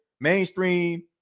mainstream